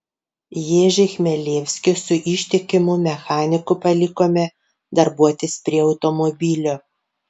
ježį chmelevskį su ištikimu mechaniku palikome darbuotis prie automobilio